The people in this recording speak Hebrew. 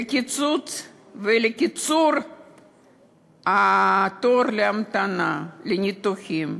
לקיצוץ ולקיצור התור להמתנה לניתוחים,